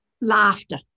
Laughter